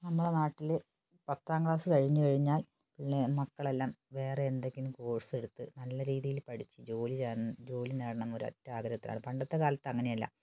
നമ്മളെ നാട്ടിൾ പത്താം ക്ലാസ് കഴിഞ്ഞ് കഴിഞ്ഞാല് ഉള്ള മക്കളെല്ലാം വേറെ എന്തെങ്കിലും കോഴ്സ് എടുത്ത് നല്ല രിതിയിൽ പഠിച്ച് ജോലി ജോലി നേടണം എന്ന ഒരൊറ്റ ആഗ്രഹത്തിലാണ് പണ്ടെത്തെക്കാലത്ത് അങ്ങനെയല്ല